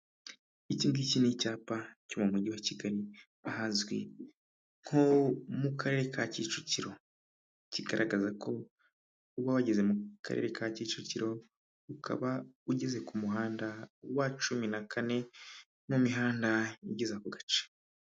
Iki n' icyapa cyo mu mujyi wa kigali ahazwi nko mu karere ka kicukiro kigaragaza ko uba wageze mu karere ka kicukiro ukaba ugeze ku muhanda wa cumi na kane mu mihanda igeze ku gace.